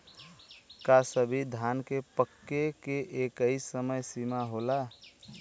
का सभी धान के पके के एकही समय सीमा होला?